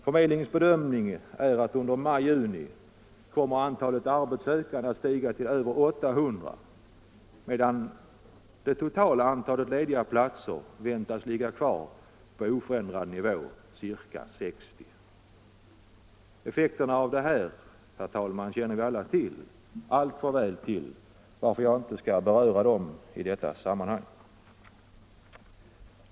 Förmedlingens bedömning är vidare att under maj-juni kommer antalet arbetssökande troligen att stiga till över 800, medan det totala antalet lediga platser väntas ligga kvar på oförändrad nivå, ca 60. Effekterna av detta känner vi, herr talman, alltför väl till, varför jag inte skall beröra dem i detta sammanhang.